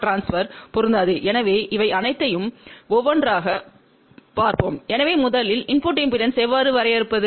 power transfer பொருந்தாதுஎனவே இவை அனைத்தையும் ஒவ்வொன்றாகப் பார்ப்போம் எனவே முதலில் இன்புட் இம்பெடன்ஸ் எவ்வாறு வரையறுப்பது